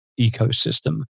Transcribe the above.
ecosystem